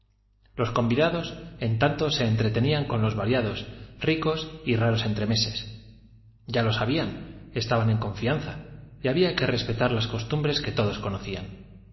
los convidados en tanto se entretenían con los variados ricos y raros entremeses ya lo sabían estaban en confianza y había que respetar las costumbres que todos conocían